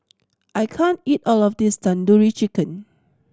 I can't eat all of this Tandoori Chicken